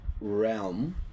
realm